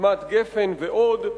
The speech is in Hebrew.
קדמת-גפן ועוד,